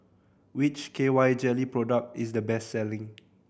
which K Y Jelly product is the best selling